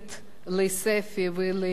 לספי ולליאת,